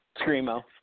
Screamo